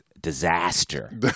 disaster